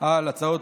על הצעות